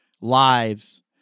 lives